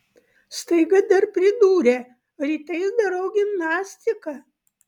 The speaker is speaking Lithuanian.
staiga dar pridūrė rytais darau gimnastiką